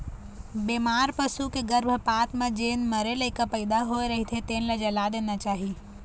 बेमार पसू के गरभपात म जेन मरे लइका पइदा होए रहिथे तेन ल जला देना चाही